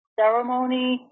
ceremony